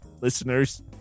listeners